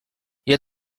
yet